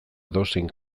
edozein